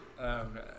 Okay